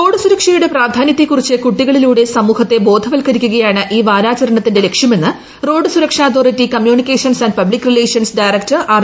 road സുരക്ഷയുടെ പ്രാധാന്യത്തെക്കുറിച്ച് കുട്ടികളിലൂടെ സമൂഹത്തെ ബോധവൽക്കരിക്കുകയാണ് ഇൌ വാരാചരണത്തിന്റെ ലക്ഷ്യമെന്ന് റോഡ് സുരക്ഷാ authority communications and public relations director R